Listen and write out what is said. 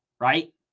right